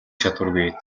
чадваргүй